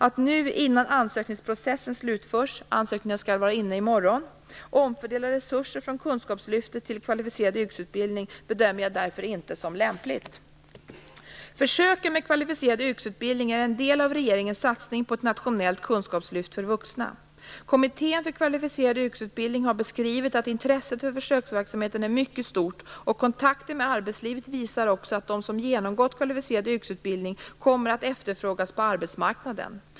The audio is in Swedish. Att nu innan ansökningsprocessen slutförts - ansökningarna skall vara inne i morgon - omfördela resurser från Kunskapslyftet till Kvalificerad yrkesutbildning bedömer jag därför inte som lämpligt. Kommittén för Kvalificerad yrkesutbildning har beskrivit att intresset för försöksverksamheten är mycket stort, och kontakter med arbetslivet visar också att de som genomgått Kvalificerad yrkesutbildning kommer att efterfrågas på arbetsmarknaden.